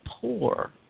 poor